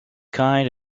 kind